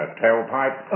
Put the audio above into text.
tailpipe